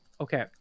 Okay